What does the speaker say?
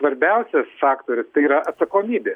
svarbiausias faktorius tai yra atsakomybė